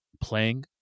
playing